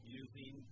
using